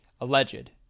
alleged